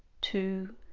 two